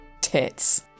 Tits